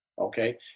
okay